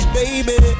baby